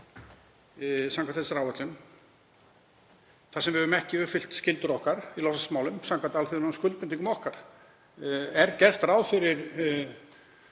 þar sem við höfum ekki uppfyllt skyldur okkar í loftslagsmálum samkvæmt alþjóðlegum skuldbindingum okkar? Er gert ráð fyrir